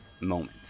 moment